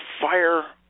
fire